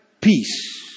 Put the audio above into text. peace